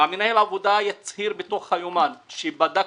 המנהל עבודה יצהיר בתוך היומן שבדק,